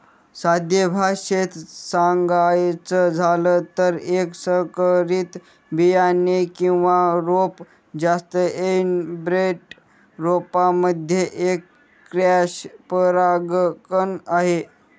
साध्या भाषेत सांगायचं झालं तर, एक संकरित बियाणे किंवा रोप जास्त एनब्रेड रोपांमध्ये एक क्रॉस परागकण आहे